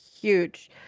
huge